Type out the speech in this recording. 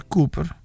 Cooper